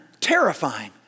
terrifying